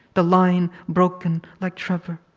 the line broken, like trevor,